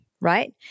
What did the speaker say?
right